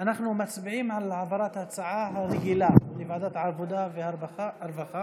אנחנו מצביעים על העברת ההצעה הרגילה לוועדת העבודה והרווחה.